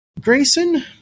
Grayson